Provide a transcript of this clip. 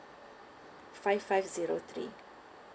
five five zero three